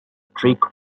trick